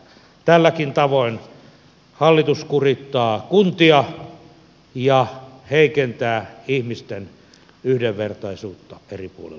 tälläkin tavoin hallitus kurittaa kuntia ja heikentää ihmisten yhdenvertaisuutta eri puolilla suomea